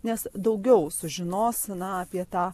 nes daugiau sužinos na apie tą